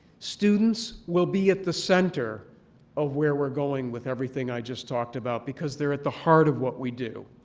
students will be at the center of where we're going with everything i just talked about because they're at the heart of what we do,